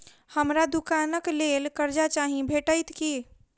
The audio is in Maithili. हमरा दुकानक लेल कर्जा चाहि भेटइत की?